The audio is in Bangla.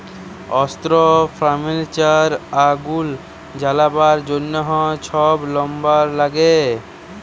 অস্ত্র, ফার্লিচার, আগুল জ্বালাবার জ্যনহ ছব লাম্বার ল্যাগে